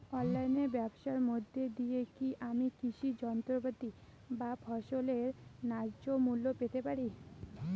অনলাইনে ব্যাবসার মধ্য দিয়ে কী আমি কৃষি যন্ত্রপাতি বা ফসলের ন্যায্য মূল্য পেতে পারি?